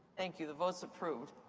thank you. the vote's approved.